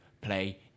play